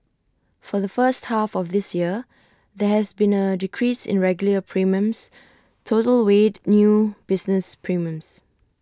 for the first half of this year there has been A decrease in regular premiums total weighed new business premiums